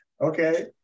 okay